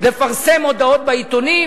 לפרסם מודעות בעיתונים